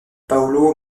paolo